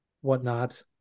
whatnot